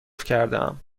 کردهام